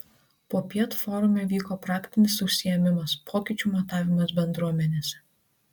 popiet forume vyko praktinis užsiėmimas pokyčių matavimas bendruomenėse